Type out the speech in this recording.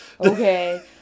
Okay